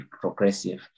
progressive